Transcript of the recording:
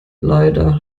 leider